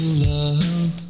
love